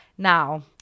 Now